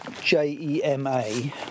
J-E-M-A